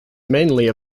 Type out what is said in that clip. mainly